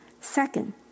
Second